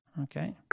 Okay